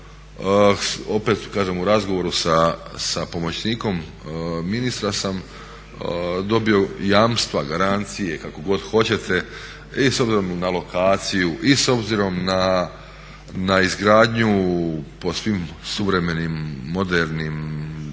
kažem u razgovoru sa pomoćnikom ministra sam dobio jamstva, garancije kako god hoćete, i s obzirom na lokaciju, i s obzirom na izgradnju po svim suvremenim, modernim i